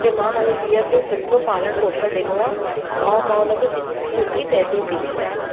के मां पंहिंजी धीउ खे सुठो पालण पोषण ॾिनो आहे ऐं मां हुन खे सु सुठी तहज़ीब ॾिनी आहे